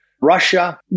Russia